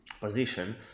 position